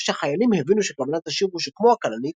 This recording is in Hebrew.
שהחיילים הבינו שכוונת השיר היא שכמו הכלנית,